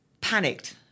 panicked